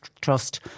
Trust